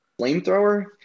Flamethrower